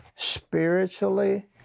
spiritually